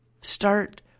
start